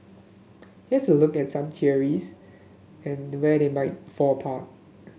here's a look at some theories and where they might fall apart